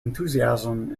enthusiasm